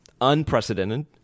unprecedented